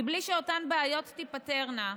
מבלי שאותן בעיות תיפתרנה,